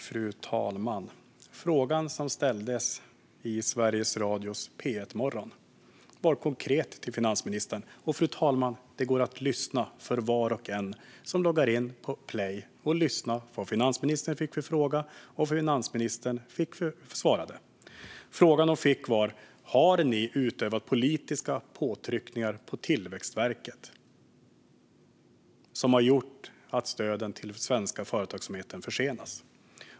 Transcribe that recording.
Fru talman! Frågan som ställdes till finansministern i Sveriges Radios P1-morgon var konkret. Och, fru talman, var och en som loggar in på Sveriges Radio Play kan lyssna på vad finansministern fick för fråga och vad finansministern svarade. Frågan som hon fick var: Har ni utövat politiska påtryckningar på Tillväxtverket som har gjort att stöden till den svenska företagsamheten försenas?